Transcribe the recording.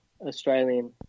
Australian